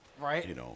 Right